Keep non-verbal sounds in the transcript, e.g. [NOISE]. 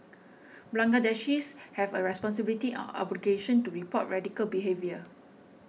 Bangladeshis have a responsibility [UNINTELLIGIBLE] obligation to report radical behaviour